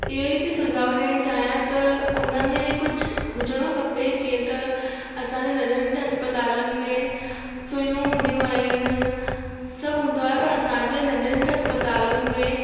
इहो ई थी सुझाव ॾियणु चाहियां त उन में कुझु हुजिणो खपे जीअं त असांजे नंढा नंढा अस्पतालुनि में सुइयूं हूंदियूं आहिनि सभु हूंदो आहे पर असांजे नंढे नंंढे अस्पतालुनि में